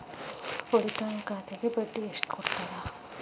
ಉಳಿತಾಯ ಖಾತೆಗೆ ಬಡ್ಡಿ ಎಷ್ಟು ಕೊಡ್ತಾರ?